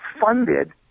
funded